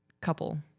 couple